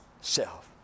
Self